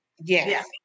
Yes